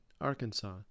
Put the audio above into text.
Arkansas